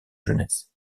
jeunesse